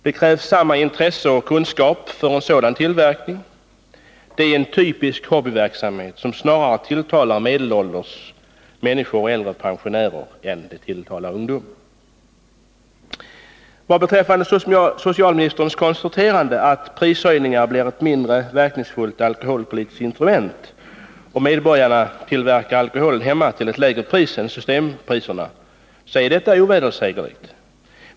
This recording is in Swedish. Det krävs samma intresse och kunskap för sådan tillverkning som för traditionell vinframställning. Det är en typisk hobbyverksamhet som snarare tilltalar medelålders människor och äldre pensionärer än ungdomar. Socialministerns konstaterande att prishöjningar blir ett mindre verkningsfullt alkoholpolitiskt instrument, om medborgarna tillverkar alkoholdrycker hemma till lägre priser än systempriserna, är obestridligt.